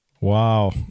Wow